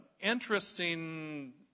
interesting